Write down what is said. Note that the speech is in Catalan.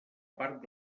part